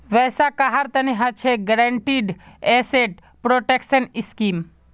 वैसा कहार तना हछेक गारंटीड एसेट प्रोटेक्शन स्कीम